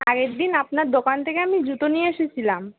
আগের দিন আপনার দোকান থেকে আমি জুতো নিয়ে এসেছিলাম